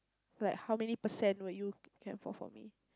like how many percent will you fall for me